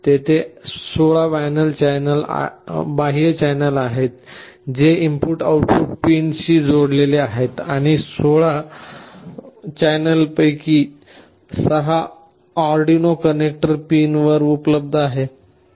तेथे 16 बाह्य चॅनेल आहेत जे इनपुट आउटपुट पिनशी inputoutput pins जोडलेले आहेत आणि 16 चॅनेल पैकी 6 अर्डिनो कनेक्टर पिनवर उपलब्ध आहेत